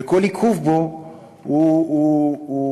וכל עיכוב בו הוא לרעה,